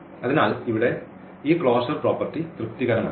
അതിനാൽ ഇവിടെ ഈ ക്ലോഷർ പ്രോപ്പർട്ടി തൃപ്തികരമല്ല